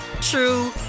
true